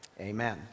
Amen